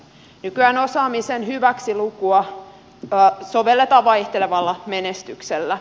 nykyään osaamisen hyväksilukua sovelletaan vaihtelevalla menestyksellä